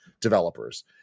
developers